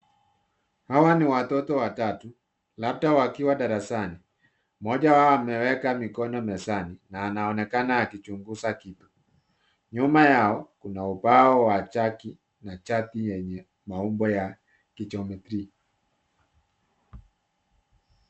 Hawa ni watoto watatu, labda wakiwa darasani. Mmoja wao ameweka mikono mezani na anaonekana akichunguza kitu. Nyuma yao, kuna ubao wa chaki na chati yenye maumbo ya kijometria